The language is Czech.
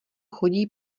chodí